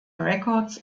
records